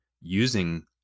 using